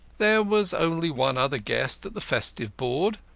there was only one other guest at the festive board.